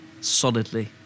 solidly